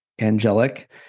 angelic